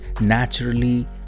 naturally